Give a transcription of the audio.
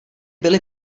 byly